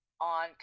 on